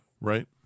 Right